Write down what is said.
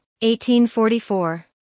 1844